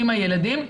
עם הילדים.